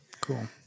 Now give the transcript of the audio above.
cool